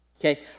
Okay